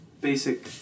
basic